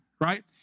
right